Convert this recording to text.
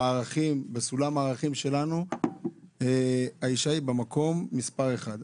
בסולם הערכים שלנו האישה היא במקום מספר אחד,